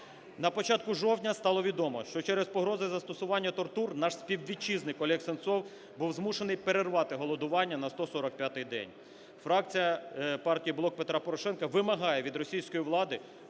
На початку жовтня стало відомо, що через погрози застосування тортур наш співвітчизник Олег Сенцов був змушений перервати голодування на 145-й день. Фракція партії "Блок Петра Порошенка" вимагає від російської влади